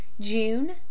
June